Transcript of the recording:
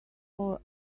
for